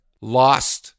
lost